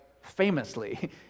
famously